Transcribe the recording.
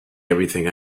everything